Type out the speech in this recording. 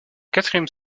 quatrième